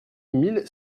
mille